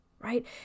right